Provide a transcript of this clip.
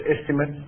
estimate